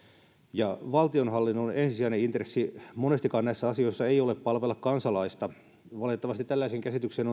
ja valtionhallinnon ensisijainen intressi monestikaan näissä asioissa ei ole palvella kansalaista valitettavasti tällaiseen käsitykseen